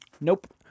Nope